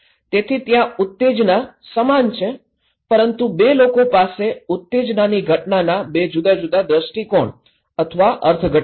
તેથી ત્યાં ઉત્તેજના સમાન છે પરંતુ બે લોકો પાસે ઉત્તેજનાની ઘટનાના બે જુદા જુદા દ્રષ્ટિકોણ અથવા અર્થઘટન છે